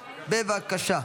בבקשה,